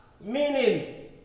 meaning